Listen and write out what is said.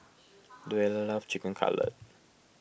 Louella loves Chicken Cutlet